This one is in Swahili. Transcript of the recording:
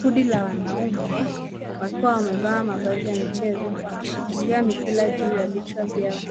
Kundi la wanaume, wakiwa wamevaa mavazi ya michezo wakishikilia mpira juu ya vichwa vyao,